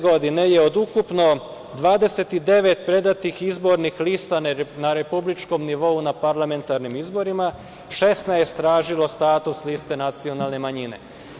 Godine 2016. je od ukupno 29 predatih izbornih lista na republičkom nivou na parlamentarnim izborima 16 tražilo status liste nacionalne manjine.